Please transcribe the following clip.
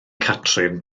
catrin